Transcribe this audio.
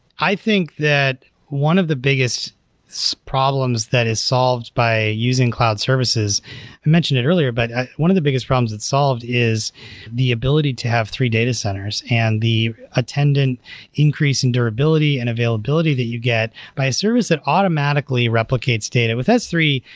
i think that one of the biggest so problems that is solved by using cloud services, i mentioned it earlier, but one of the biggest problems it's solved is the ability to have three data centers and the attendant increase in durability and availability that you get by a service that automatically replicates data. with s three,